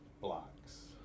blocks